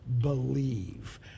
believe